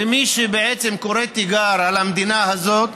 ומי שבעצם קורא תיגר על המדינה הזאת,